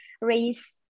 raise